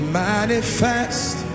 manifest